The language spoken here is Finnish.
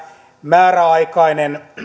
määräaikainen